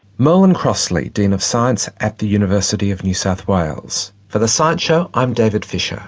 merlin crossley, dean of science at the university of new south wales. for the science show, i'm david fisher